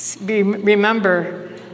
remember